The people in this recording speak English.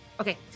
Okay